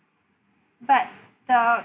but the